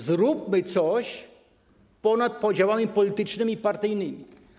Zróbmy coś ponad podziałami politycznymi, partyjnymi.